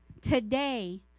Today